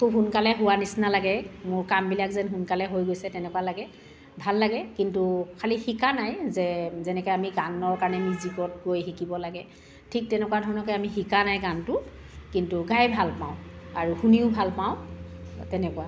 খুব সোনকালে হোৱা নিচিনা লাগে মোৰ কামবিলাক যেন সোনকালে হৈ গৈছে তেনেকুৱা লাগে ভাল লাগে কিন্তু খালী শিকা নাই যে যেনেকৈ আমি গানৰ কাৰণে মিউজিকত গৈ শিকিব লাগে ঠিক তেনেকুৱা ধৰণৰকৈ আমি শিকা নাই গানটো কিন্তু গাই ভাল পাওঁ আৰু শুনিও ভাল পাওঁ তেনেকুৱা